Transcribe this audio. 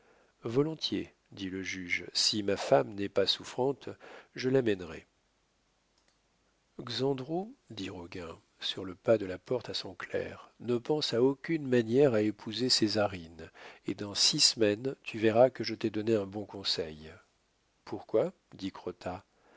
volontiers dit le juge si ma femme n'est pas souffrante je l'amènerai xandrot dit roguin sur le pas de la porte à son clerc ne pense en aucune manière à épouser césarine et dans six semaines tu verras que je t'ai donné un bon conseil pourquoi dit crottat